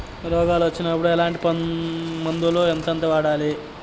రోగాలు వచ్చినప్పుడు ఎట్లాంటి మందులను ఎంతెంత వాడాలి?